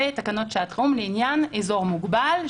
ותקנות שעת חירום לעניין אזור מוגבל,